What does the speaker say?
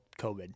COVID